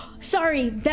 Sorry